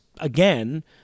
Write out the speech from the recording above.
again